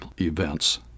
events